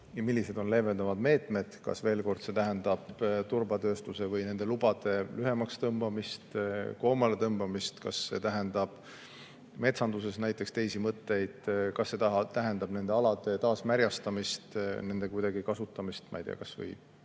millised on leevendavad meetmed. Veel kord: kas see tähendab turbatööstuse või nende lubade koomaletõmbamist, kas see tähendab metsanduses näiteks teisi mõtteid, kas see tähendab nende alade taasmärjastamist, nende kuidagi kasutamist, ma ei tea, kas või